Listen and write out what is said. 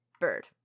bird